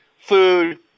food